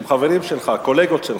הם חברים שלך, קולגות שלך.